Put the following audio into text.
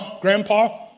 grandpa